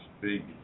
big